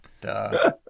Duh